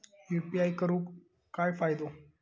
UPI करून काय फायदो?